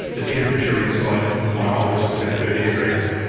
the temperature inside my office was about thirty degrees,